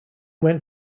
went